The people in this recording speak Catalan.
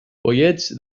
pollets